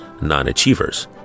non-achievers